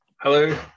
hello